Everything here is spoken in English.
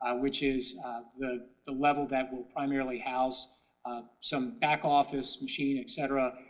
um which is the the level that will primarily house some back office machine, etc,